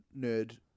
nerd